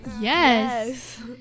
Yes